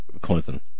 Clinton